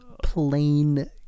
plain